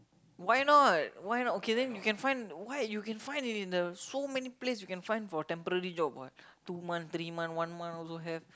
why not why not okay then you can find why you can find in in the so many place you can find for temporary job what two month three month one month also have